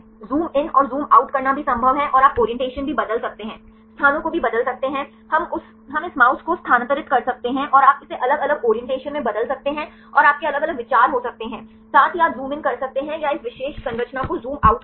zoom in और zoom out करना भी संभव है और आप ओरिएंटेशन भी बदल सकते हैं स्थानों को भी बदल सकते हैं हम इस माउस को स्थानांतरित कर सकते हैं और आप इसे अलग अलग ओरिएंटेशन में बदल सकते हैं और आपके अलग अलग विचार हो सकते हैं और साथ ही आप ज़ूम इन कर सकते हैं या इस विशेष संरचना को ज़ूम आउट करें